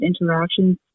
interactions